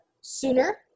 sooner